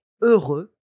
heureux